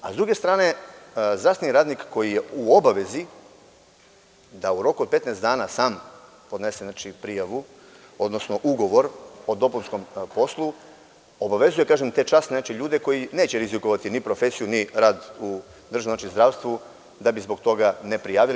Sa druge strane, zdravstveni radnik koji je u obavezi da u roku od 15 dana sam podnese prijavu, odnosno ugovor o dopunskom poslu, obavezuje, kažem, te časne ljude koji neće rizikovati ni profesiju ni rad u državnom zdravstvu da zbog toga ne prijavili.